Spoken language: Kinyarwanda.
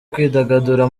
kwidagadura